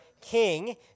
king